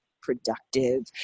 productive